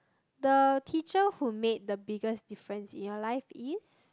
the teacher who made the biggest difference in your life is